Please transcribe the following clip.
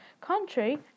country